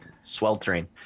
sweltering